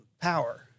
power